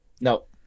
Nope